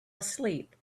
asleep